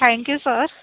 thank you sir